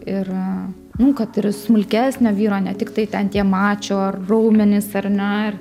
ir nū kad ir smulkesnio vyro ne tiktai ten tie mačo ar raumenys ar ne